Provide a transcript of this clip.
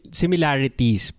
similarities